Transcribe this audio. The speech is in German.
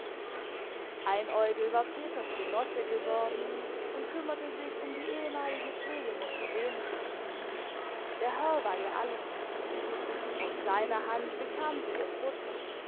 lager einäugel war peters genosse geworden und kümmerte sich um die ehemalige pflegemutter wenig der herr war ihr alles aus seiner hand bekam sie ihr futter